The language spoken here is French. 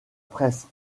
presse